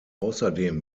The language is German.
außerdem